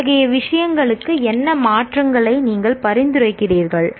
அத்தகைய விஷயங்களுக்கு என்ன மாற்றங்களை நீங்கள் பரிந்துரைக்கிறீர்கள்